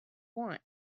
want